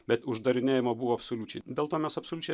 bet uždarinėjama buvo absoliučiai dėl to mes absoliučiai